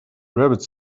rabbits